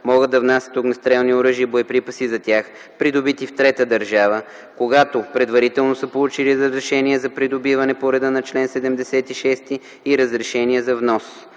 могат да внасят огнестрелни оръжия и боеприпаси за тях, придобити в трета държава, когато предварително са получили разрешение за придобиване по реда чл. 76 и разрешение за внос.